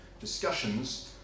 discussions